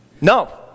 no